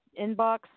inbox